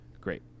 great